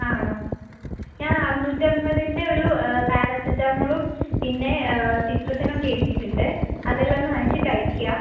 ആണോ ഞാനറുനൂറ്റമ്പതിൻ്റെ ഒരു പാരസെറ്റാമോളും പിന്നെ സിട്രിസിനൊക്കെ എഴുതീയിട്ടുണ്ട് അതെല്ലാം ഒന്ന് വാങ്ങിച്ച് കഴിക്കുക